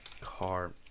car